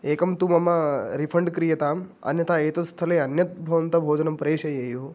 एकं तु मम रिफ़ण्ड् क्रियताम् अन्यथा एतद् स्थले अन्यत् भवन्तः भोजनं प्रेषयेयुः